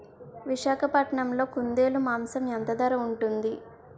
విశాఖపట్నంలో కుందేలు మాంసం ఎంత ధర ఉంటుంది?